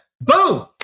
boom